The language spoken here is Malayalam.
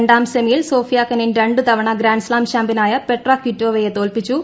രണ്ടാം സെമിയിൽ സോഫിയ കെനിൻ രണ്ട് തവണ ഗ്രാൻഡ്സ്താം ചാമ്പ്യനായ പെട്ര കിറ്റോവയെ തോൽപ്പിച്ചു